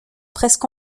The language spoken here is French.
presque